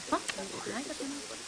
נכון, אני מסכימה איתך.